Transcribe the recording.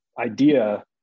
idea